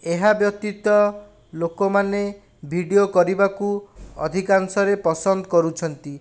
ଏହା ବ୍ୟତୀତ ଲୋକମାନେ ଭିଡ଼ିଓ କରିବାକୁ ଅଧିକାଂଶରେ ପସନ୍ଦ କରୁଛନ୍ତି